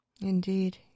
Indeed